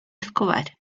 escobar